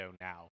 now